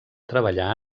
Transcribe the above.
treballar